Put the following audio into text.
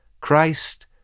Christ